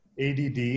ADD